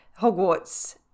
Hogwarts